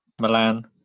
Milan